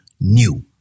new